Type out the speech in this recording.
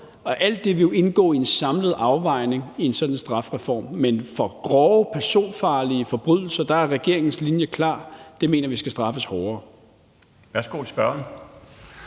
Alt det vil jo indgå i en samlet afvejning i en sådan strafreform, men i forhold til grove personfarlige forbrydelser er regeringens linje klar: Det mener vi skal straffes hårdere.